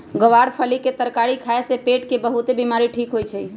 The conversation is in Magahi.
ग्वार के फली के तरकारी खाए से पेट के बहुतेक बीमारी ठीक होई छई